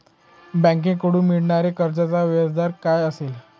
बँकेकडून मिळणाऱ्या कर्जाचा व्याजदर काय असेल?